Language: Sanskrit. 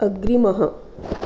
अग्रिमः